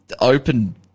open